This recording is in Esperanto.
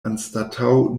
anstataŭ